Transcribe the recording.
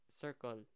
Circle